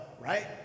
right